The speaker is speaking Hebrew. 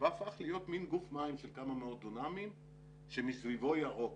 והפך להיות מין גוף מים של כמה מאות דונמים שמסביבו ירוק.